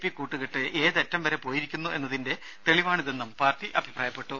P കൂട്ടുകെട്ട് ഏതറ്റം വരെ പോയിരിക്കുന്നു എന്നതിന്റെ തെളിവാണിതെന്നും പാർട്ടി അഭിപ്രായപ്പെട്ടു